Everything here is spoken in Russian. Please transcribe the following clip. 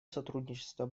сотрудничество